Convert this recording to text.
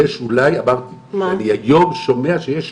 אני היום שומע שיש,